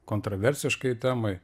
kontroversiškai temai